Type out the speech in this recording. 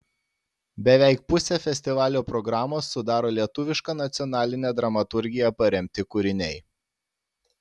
beveik pusę festivalio programos sudaro lietuviška nacionaline dramaturgija paremti kūriniai